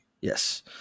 Yes